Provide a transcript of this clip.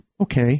okay